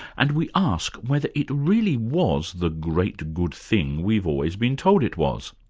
and we ask whether it really was the great, good thing we've always been told it was.